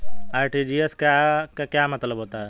RTGS का क्या मतलब होता है?